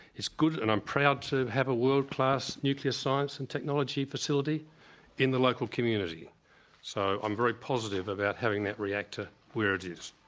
it's good and i'm proud to have a world-class nuclear science and technology facility in the local community so i'm very positive about having that reactor where it is.